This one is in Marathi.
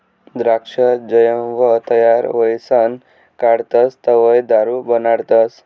द्राक्ष जवंय तयार व्हयीसन काढतस तवंय दारू बनाडतस